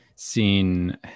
Seen